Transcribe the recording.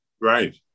Right